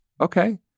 okay